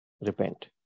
repent